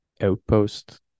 outpost